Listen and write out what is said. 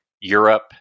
Europe